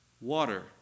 water